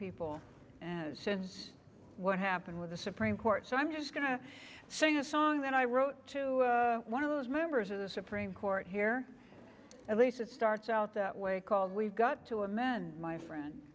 people since what happened with the supreme court so i'm just going to sing a song that i wrote to one of those members of the supreme court here at least it starts out that way called we've got to amend my friend